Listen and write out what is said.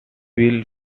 will